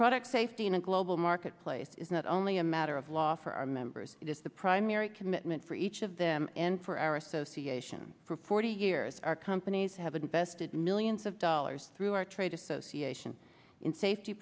product safety in a global marketplace is not only a matter of law for our members it is the primary commitment for each of them and for our association for forty years our companies have invested millions of dollars through our trade association in safety